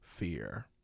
fear